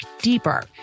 deeper